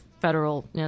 federal